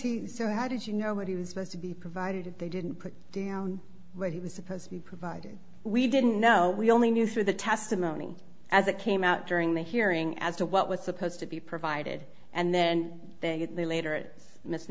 he so how did you know what he was supposed to be provided they didn't put do you know what he was supposed to be providing we didn't know we only knew through the testimony as it came out during the hearing as to what was supposed to be provided and then they later it mis